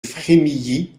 frémilly